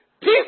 Peace